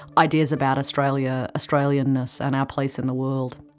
ideas about australia, australian-ness and our place in the world.